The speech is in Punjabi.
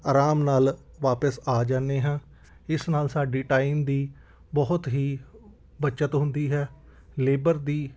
ਆਰਾਮ ਨਾਲ ਵਾਪਿਸ ਆ ਜਾਂਦੇ ਹਾਂ ਇਸ ਨਾਲ ਸਾਡੀ ਟਾਈਮ ਦੀ ਬਹੁਤ ਹੀ ਬੱਚਤ ਹੁੰਦੀ ਹੈ ਲੇਬਰ ਦੀ